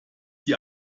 die